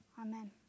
Amen